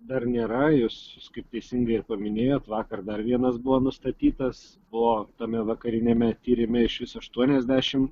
dar nėra jūs kaip teisingai ir paminėjot vakar dar vienas buvo nustatytas o tame vakariniame tyrime iš viso aštuoniasdešim